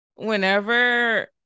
whenever